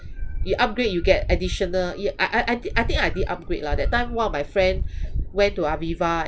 you upgrade you get additional ya I I I think I think I did upgrade lah that time one my friend went to aviva